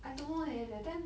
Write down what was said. I don't know leh that time